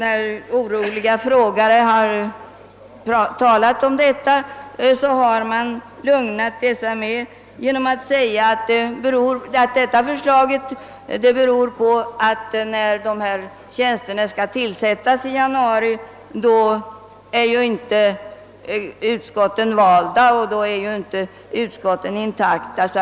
Då oroliga frågare i detta hus fört denna sak på tal, har man lugnat dem med att säga att förslaget beror på att utskotten ju inte själva är valda i januari månad när tjänsterna skall tillsättas.